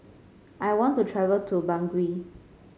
I want to travel to Bangui